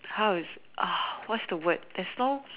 how is it what's the word there's no